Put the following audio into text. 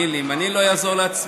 מי לי" אם אני לא אעזור לעצמי,